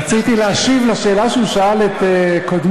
כי רציתי להשיב על השאלה שהוא שאל את קודמי.